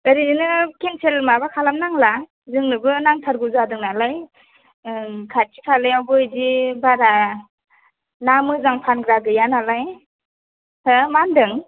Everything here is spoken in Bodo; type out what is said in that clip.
ओरैनो केनसेल माबा खालामनांला जोंनोबो नांथारगौ जादों नालाय उम खाथि खालायावबो बिदि बारा ना मोजां फानग्रा गैया नालाय हो मा होन्दों